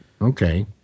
Okay